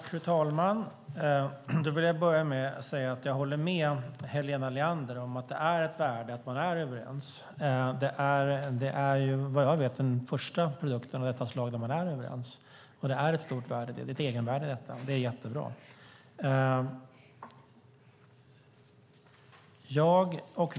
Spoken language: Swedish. Fru talman! Jag håller med Helena Leander om att det finns ett värde i att vara överens. Vad jag vet är detta den första produkten av detta slag där man är överens. Det finns ett egenvärde i detta. Det är bra.